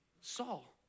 saul